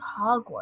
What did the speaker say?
Hogwarts